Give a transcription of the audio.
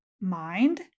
mind